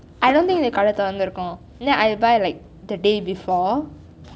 I don't think the கடை திறந்திருக்கும்:kadai thiranthirukkum like I buy the day before